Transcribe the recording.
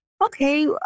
okay